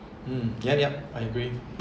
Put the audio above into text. mm yup yup I agree